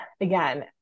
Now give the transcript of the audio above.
again